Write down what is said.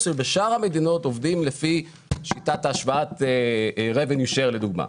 ובשאר המדינות עובדים לפי revenue shar לדוגמה.